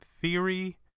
theory